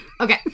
Okay